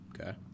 Okay